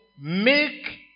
make